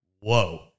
Whoa